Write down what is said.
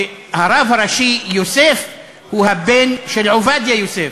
שהרב הראשי יוסף הוא הבן של עובדיה יוסף,